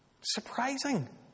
surprising